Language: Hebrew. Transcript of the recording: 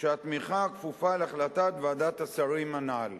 שהתמיכה כפופה להחלטת ועדת השרים הנ"ל.